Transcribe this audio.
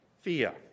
fear